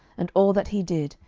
and all that he did,